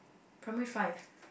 primary five